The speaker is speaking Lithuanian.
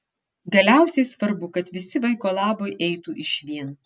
galiausiai svarbu kad visi vaiko labui eitų išvien